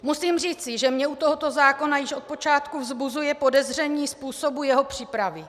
Musím říci, že mě u tohoto zákona již od počátku vzbuzuje podezření způsobu jeho přípravy.